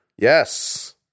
Yes